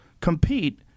compete-